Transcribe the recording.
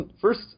first